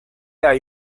hay